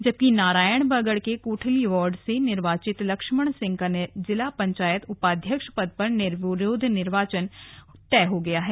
जबकि नारायणबगड़ के कोठली वार्ड से निर्वाचित लक्ष्मण सिंह का जिला पंचायत उपाध्यक्ष पद पर निर्विरोध निर्वाचित होना तय है